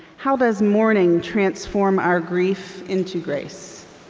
how does mourning transform our grief into grace?